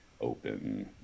open